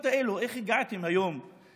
איך הגעתם לזה היום עם המצוקות האלה?